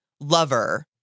lover